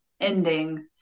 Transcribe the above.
ending